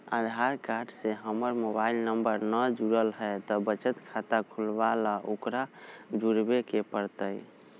आधार card से हमर mobile number न जुरल है त बचत खाता खुलवा ला उकरो जुड़बे के पड़तई?